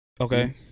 Okay